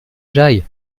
j’aille